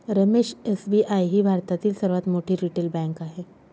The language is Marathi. रमेश एस.बी.आय ही भारतातील सर्वात मोठी रिटेल बँक आहे